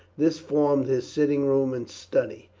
this formed his sitting room and study.